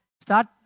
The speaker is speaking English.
Start